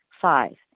Five